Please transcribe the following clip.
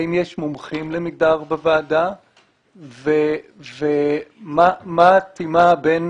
האם יש מומחים למגדר בוועדה ומה האטימה בין